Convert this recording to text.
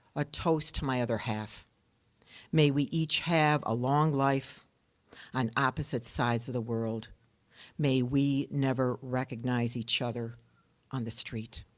a toast to my other half may we each have a long life on opposite sides of the world may we never recognize each other on the street.